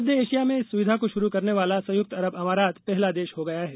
मध्य Asia में इस सुविधा को शुरू करने वाला संयुक्त अरब अमारात पहला देश हो गया है